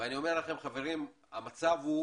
ואני אומר לכם חברים, המצב הוא